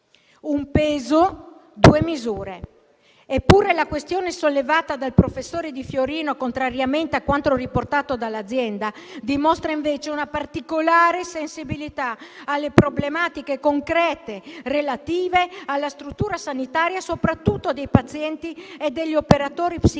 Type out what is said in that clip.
un peso, due misure. Eppure, la questione sollevata dal professor Di Fiorino, contrariamente a quanto riportato dall'azienda sanitaria, dimostra invece una particolare sensibilità alle problematiche concrete relative alla struttura sanitaria, soprattutto dei pazienti e degli operatori psichiatrici,